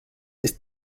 ist